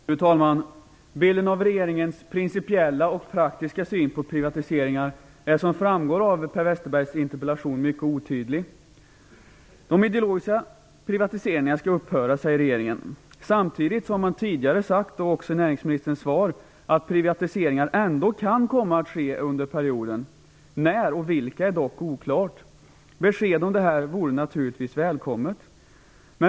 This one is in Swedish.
Fru talman! Bilden av regeringens principiella och praktiska syn på privatiseringar är som framgår av Per De ideologiskt motiverade privatiseringarna skall upphöra, säger regeringen. Samtidigt har man tidigare sagt - också i näringsministerns svar - att privatiseringar ändå kan komma att ske under perioden - när och vilka är dock oklart. Besked om detta vore naturligtvis välkommet.